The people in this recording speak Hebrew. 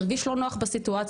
הרגיש לו נוח בסיטואציה,